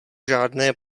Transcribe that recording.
žádné